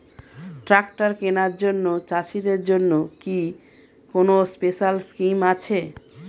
Tractor কেনার জন্য চাষিদের জন্য কি কোনো স্পেশাল স্কিম আছে?